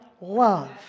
love